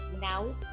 now